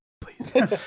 Please